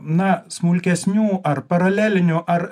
na smulkesnių ar paralelinių ar